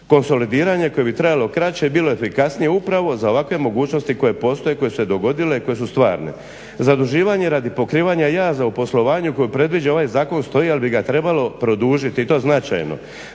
konsolidiranje koje bi trajalo kraće bilo bi kasnije upravo za ovakve mogućnosti koje postoje koje su se dogodile i koje su stvarne. Zaduživanje radi pokrivanja jaza u poslovanju koje predviđa ovaj zakon stoji al bi ga trebalo produžiti i to značajno